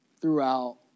throughout